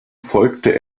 folgte